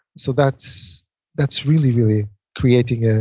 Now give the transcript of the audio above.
so that's that's really, really creating ah